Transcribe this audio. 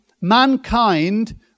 Mankind